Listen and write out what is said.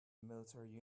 military